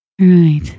Right